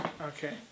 Okay